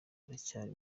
baracyari